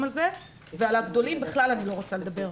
על כך ועל הגדולים אני בכלל לא רוצה לדבר.